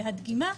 והדגימה,